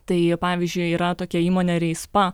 tai pavyzdžiui yra tokia įmonė rejspa